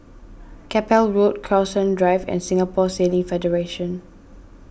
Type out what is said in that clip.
Keppel Road Crowhurst Drive and Singapore Sailing Federation